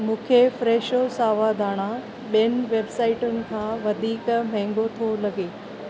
मूंखे फ़्रेशो सावा धाणा ॿियुनि वेबसाइटुनि खां वधीक महांगो थो लॻे